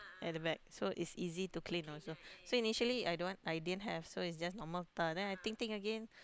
at the back so is easy to clean also so initially I don't want I didn't have so is just normal tar so I think think again